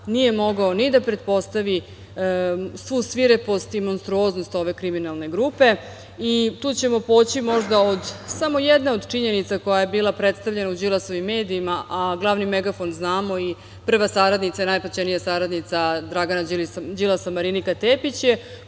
nije mogao ni da pretpostavi svu svirepost i monstruoznost ove kriminalne grupe i tu ćemo poći od samo jedne od činjenica koja je bila predstavljena u Đilasovim medijima, a glavni megafon znamo, prva saradnica i najplaćenija saradnica Dragana Đilasa, Marinika Tepić